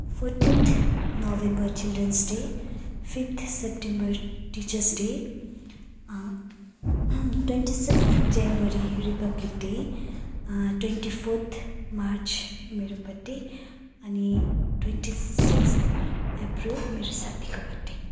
fourteenth November children's day fifth September teachers day twenty sixth January republic day twenty fourth March मेरो birthday अनि twenty sixth April मेरो साथीको birth day